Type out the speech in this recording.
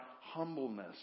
humbleness